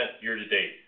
year-to-date